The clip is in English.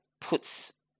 puts –